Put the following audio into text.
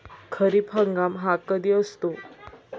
खरीप हंगाम हा कधी असतो?